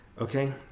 okay